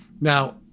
Now